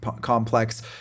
complex